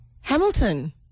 Hamilton